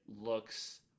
looks